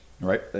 right